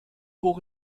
hoch